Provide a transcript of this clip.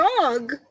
dog